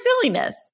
silliness